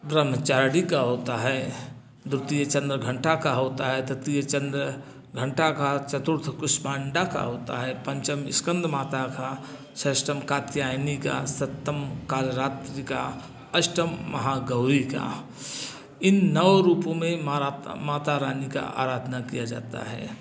ब्रह्मचारिणी का होता है द्वितीय चंद्रघंटा का होता है तृतीय चंद्र घंटा का चतुर्थ कुसमांडा का होता है पंचम स्कंद माता का षष्टम कात्यायनी का सप्तम कालरात्री का अष्टम महागौरी का इन नौ रूपों में माता रानी का अराधना किया जाता है